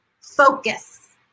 focus